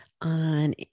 on